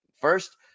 first